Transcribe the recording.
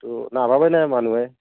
এইটো নাভাবে নহয় মানুহে